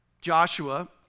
Joshua